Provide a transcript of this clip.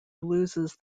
loses